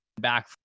back